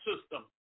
system